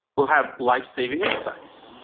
will have life saving insights.